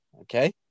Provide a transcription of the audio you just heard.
okay